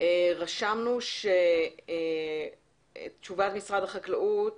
רשמנו את תשובת משרד החקלאות